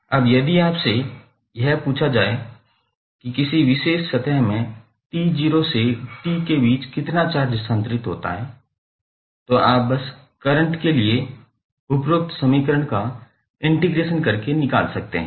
अब यदि आपसे यह पूछा जाए कि किसी विशेष सतह में t0 से t के बीच कितना चार्ज स्थानांतरित होता है तो आप बस करंट के लिए उपरोक्त समीकरण का इंटीग्रेशन करके निकाल सकते हैं